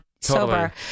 sober